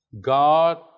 God